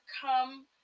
come